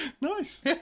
Nice